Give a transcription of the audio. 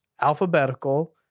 alphabetical